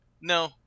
No